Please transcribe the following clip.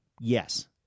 yes